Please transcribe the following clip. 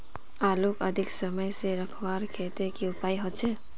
आलूक अधिक समय से रखवार केते की उपाय होचे?